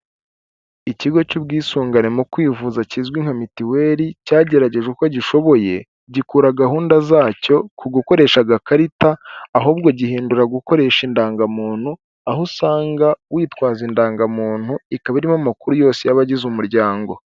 Ikigo cy'ubwisungane mu kwivuza kizwi nka mituweli cyagerageje uko gishoboye, gikura gahunda zacyo ku gukoresha agakarita ahubwo gihindura gukoresha indangamuntu, aho usanga witwaza indangamuntu, ikaba irimo amakuru yose y'abagize umuryango.